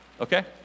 Okay